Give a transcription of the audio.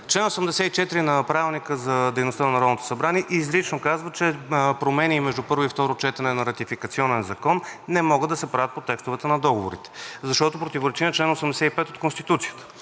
дейността на Народното събрание изрично казва, че промени между първо и второ четене на ратификационен закон не мога да се правят по текстовете на договорите. Защото противоречи на чл. 85 от Конституцията,